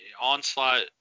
Onslaught